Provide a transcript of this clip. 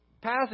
passage